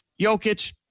Jokic